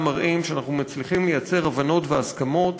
מראים שאנחנו מצליחים לייצר הבנות והסכמות,